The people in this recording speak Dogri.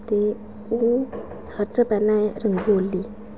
ते ओह् साढ़े शां पैहले ऐ रंगोली